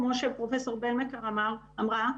כמו שפרופ' בלמקר אמרה,